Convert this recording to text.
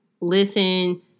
listen